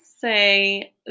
say